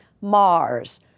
Mars